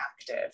active